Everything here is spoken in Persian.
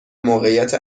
موقعیت